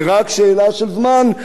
זה רק שאלה של זמן,